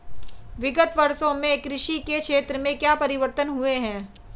विगत वर्षों में कृषि के क्षेत्र में क्या परिवर्तन हुए हैं?